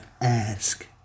ask